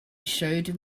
showed